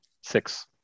Six